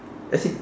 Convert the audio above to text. as in